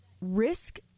risk